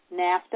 NAFTA